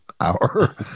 hour